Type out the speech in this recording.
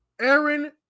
Aaron